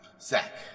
Zach